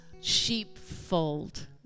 sheepfold